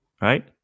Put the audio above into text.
Right